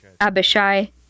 Abishai